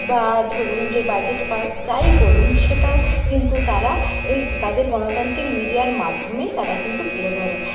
বা ধরুন যে বাজেট পাস যাই বলুন সেটাও কিন্তু তারা এই তাদের গণতন্ত্রের মিডিয়ার মাধ্যমে তারা কিন্তু তুলে ধরে